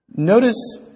Notice